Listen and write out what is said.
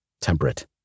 Temperate